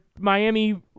Miami